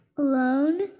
Alone